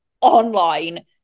online